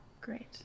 great